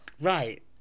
right